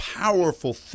powerful